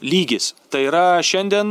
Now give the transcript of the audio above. lygis tai yra šiandien